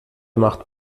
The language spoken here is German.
macht